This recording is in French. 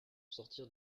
sortir